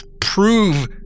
prove